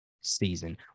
season